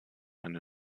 eine